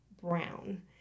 Brown